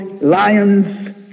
lions